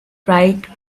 bright